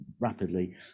rapidly